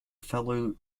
fellow